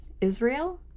Israel